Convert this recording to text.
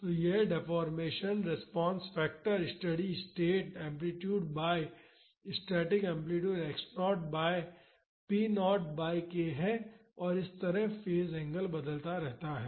तो यह deformation response factor steady state amplitude by static amplitude x naught by p naught by k है और इस तरह फेज़ एंगल बदलता रहता है